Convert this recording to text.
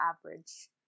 average